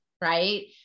right